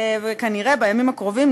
כנראה בימים הקרובים,